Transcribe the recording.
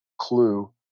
clue